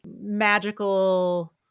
magical